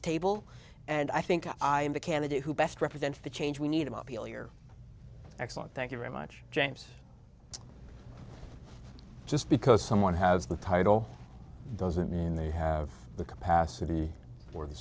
table and i think i am the candidate who best represents the change we need him up elior excellent thank you very much james just because someone has the title doesn't mean they have the capacity or the